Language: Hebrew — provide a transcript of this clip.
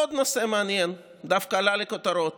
עוד נושא מעניין, שדווקא עלה לכותרות